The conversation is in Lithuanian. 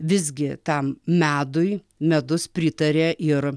visgi tam medui medus pritarė ir